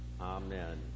Amen